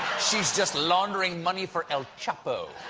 she's just laundering money for el chapo.